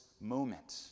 moment